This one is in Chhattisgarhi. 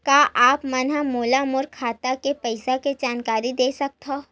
का आप मन ह मोला मोर खाता के पईसा के जानकारी दे सकथव?